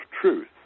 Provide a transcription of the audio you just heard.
truth